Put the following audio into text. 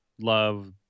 love